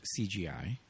CGI